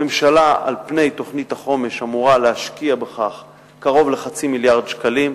הממשלה אמורה על פני תוכנית החומש להשקיע בכך קרוב לחצי מיליארד שקלים.